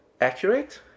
accurate